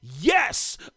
Yes